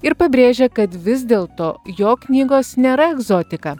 ir pabrėžia kad vis dėlto jo knygos nėra egzotika